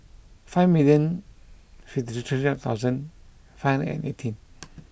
five million fifty three thousand five and eighteen